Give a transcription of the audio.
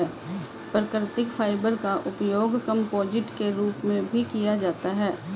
प्राकृतिक फाइबर का उपयोग कंपोजिट के रूप में भी किया जाता है